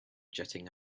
jetting